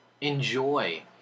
enjoy